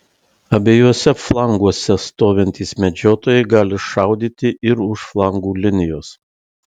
abiejuose flanguose stovintys medžiotojai gali šaudyti ir už flangų linijos